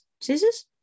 scissors